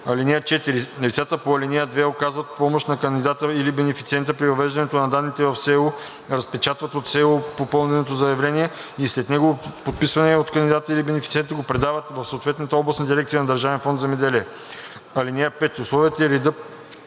СЕУ. (4) Лицата по ал. 2 оказват помощ на кандидата или бенефициента при въвеждане на данните в СЕУ, разпечатват от СЕУ попълненото заявление и след неговото подписване от кандидата или бенефициента го предават в съответната областна дирекция на Държавен фонд „Земеделие“. (5) Условията и редът